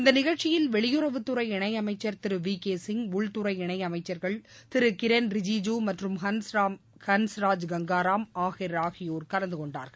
இந்த நிகழ்ச்சியில் வெளியுறவுத்துறை இணையமைச்சர் திரு வி கே சிங் உள்துறை இணையமைச்சர்கள் திரு கிரண் ரிஜுஜு மற்றும் ஹன்ஸ்ராஜ் கங்காராம் அஹ்ர் ஆகியோரும் கலந்து கொண்டார்கள்